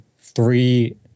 three